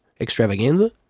extravaganza